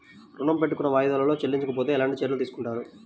ఋణము పెట్టుకున్న వాయిదాలలో చెల్లించకపోతే ఎలాంటి చర్యలు తీసుకుంటారు?